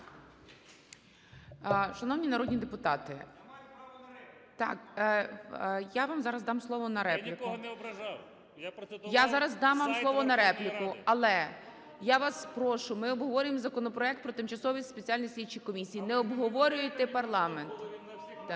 Верховної Ради. ГОЛОВУЮЧИЙ. Я зараз дам вам слово на репліку. Але я вас прошу, ми обговорюємо законопроект про тимчасові спеціальні слідчі комісії. Не обговорюйте парламент.